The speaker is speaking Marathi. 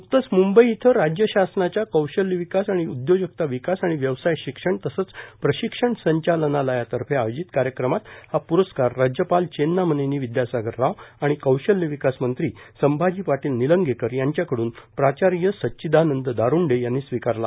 नुकतंच मुंबई इथं राज्य ासनाच्या क्रीशल्य विकास आणि उद्योजकता विकास आणि व्यवसाय शिबण तसंच प्रशिबण संचालनालयातर्फे आयोजित कार्यक्रमात हा पुरस्कार राज्यपाल चेत्रामनेनी विद्यासागर राव आणि कौश्रल्य विकासमंत्री संभाजी पाटील निलंगेकर यांच्याकडून प्राचार्य सच्चिदानंद दासंडे यांनी स्वीकारला